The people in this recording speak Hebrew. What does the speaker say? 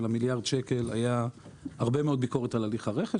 מיליארד השקלים הייתה הרבה מאוד ביקורת על הליך הרכש,